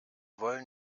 wollen